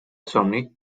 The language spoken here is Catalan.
somni